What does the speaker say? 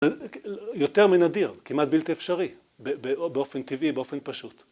‫יותר מנדיר, כמעט בלתי אפשרי, ‫באופן טבעי, באופן פשוט.